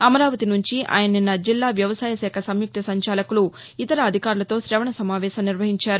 అమరావతి నుంచి ఆయన నిన్న జిల్లా వ్యవసాయశాఖ సంయుక్త సంచాలకులు ఇతర అధికారులతో శవణ సమావేశం నిర్వహించారు